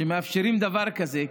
שמאפשרים דבר כזה,